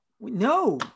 No